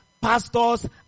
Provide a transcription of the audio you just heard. pastors